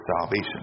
salvation